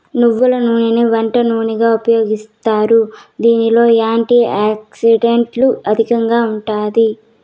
నువ్వుల నూనెని వంట నూనెగా ఉపయోగిస్తారు, దీనిలో యాంటీ ఆక్సిడెంట్లు అధికంగా ఉంటాయి